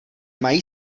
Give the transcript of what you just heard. mají